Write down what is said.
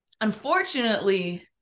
unfortunately